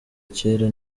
kera